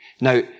Now